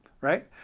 right